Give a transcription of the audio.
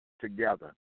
together